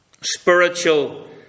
Spiritual